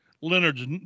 Leonard's